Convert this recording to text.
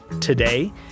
today